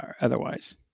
otherwise